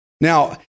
Now